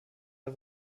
der